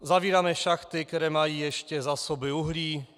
Zavíráme šachty, které mají ještě zásoby uhlí.